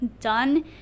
done